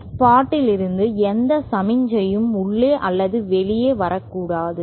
ஸ்பாட்டிலிருந்து எந்த சமிக்ஞையும் உள்ளே அல்லது வெளியே வரக்கூடாது